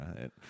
right